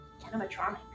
animatronics